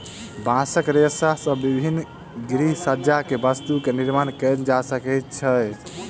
बांसक रेशा से विभिन्न गृहसज्जा के वस्तु के निर्माण कएल जा सकै छै